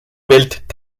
welt